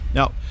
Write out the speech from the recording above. Now